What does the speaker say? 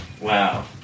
Wow